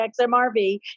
XMRV